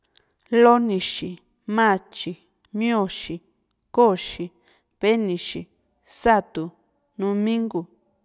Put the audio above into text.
lonixi, maatyi, mioxi, koxi, venixi, satu, numingu.